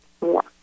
more